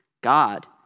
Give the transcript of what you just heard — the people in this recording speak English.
God